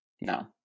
No